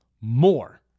more